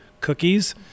cookies